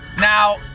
Now